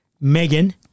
Megan